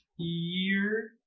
year